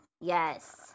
Yes